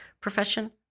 profession